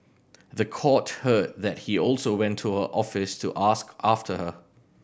the court heard that he also went to her office to ask after her